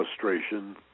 frustration